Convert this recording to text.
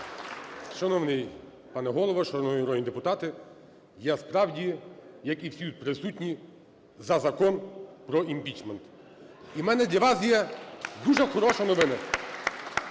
Шановний пане Голово, шановні народні депутати! Я, справді, як і всі тут присутні, за Закон про імпічмент. І в мене для вас є дужа хороша новина.